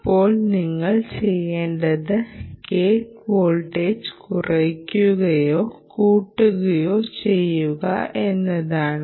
ഇപ്പോൾ നിങ്ങൾ ചെയ്യേണ്ടത് ഗേറ്റ് വോൾട്ടേജ് കുറയ്ക്കുകയോ കൂട്ടുകയോ ചെയ്യുക എന്നതാണ്